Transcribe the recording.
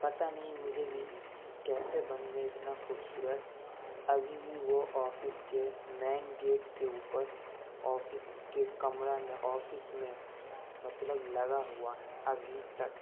پتہ نہیں مجھے بھی کہ کیسے بن گیے اتنا خوبصورت ابھی بھی وہ آفس کے مین گیٹ کے اوپر آفس کے کمرہ میں آفس میں مظلب لگا ہوا ہے ابھی تک